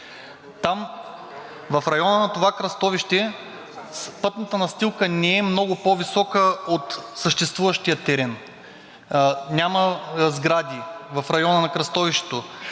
Там, в района на това кръстовище, пътната настилка не е много по-висока от съществуващия терен. Няма сгради в района на кръстовището,